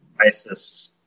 ISIS